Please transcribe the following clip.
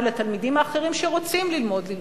ולתלמידים האחרים שרוצים ללמוד, ללמוד.